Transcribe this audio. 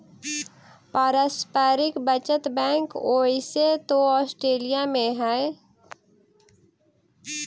पारस्परिक बचत बैंक ओइसे तो ऑस्ट्रेलिया में हइ